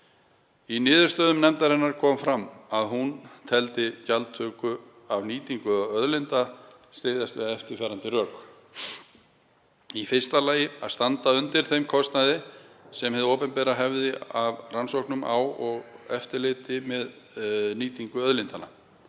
Í niðurstöðum nefndarinnar kom fram að hún teldi gjaldtöku af nýtingu náttúruauðlinda styðjast við eftirfarandi rök: Í fyrsta lagi að standa undir þeim kostnaði sem hið opinbera hefði af rannsóknum á og eftirliti með nýtingu auðlindanna,